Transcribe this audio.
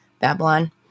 Babylon